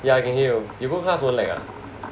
yeah I can hear you go class won't lag ah